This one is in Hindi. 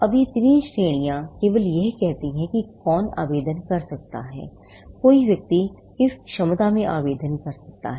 अब ये तीन श्रेणियां केवल यह कहती हैं कि कौन आवेदन कर सकता है कोई व्यक्ति किस क्षमता में आवेदन कर सकता है